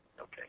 Okay